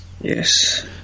Yes